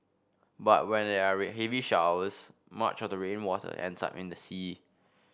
but when there are heavy showers much of the rainwater ends up in the sea